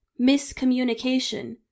miscommunication